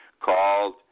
called